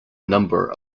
number